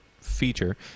feature